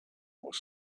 was